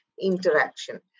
interaction